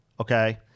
okay